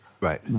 Right